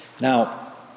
Now